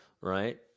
right